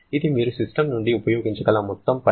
ఇది మీరు సిస్టమ్ నుండి ఉపయోగించగల మొత్తం పని